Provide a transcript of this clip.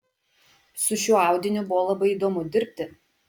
su šiuo audiniu buvo labai įdomu dirbti